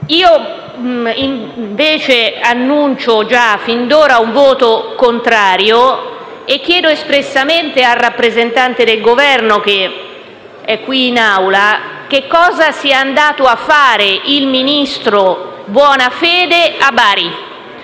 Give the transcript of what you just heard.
colleghi, annuncio fin d'ora il voto contrario e chiedo espressamente al rappresentante del Governo, che è qui in Aula, che cosa sia andato a fare il ministro Bonafede a Bari.